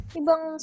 ibang